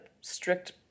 strict